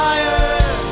Fire